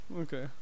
okay